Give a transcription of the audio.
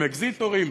הם אקזיטורים?